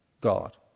God